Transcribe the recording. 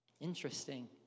Interesting